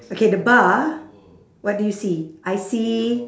okay the bar what do you see I see